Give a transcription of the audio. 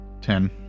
Ten